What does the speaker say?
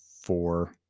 four